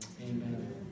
Amen